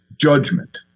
judgment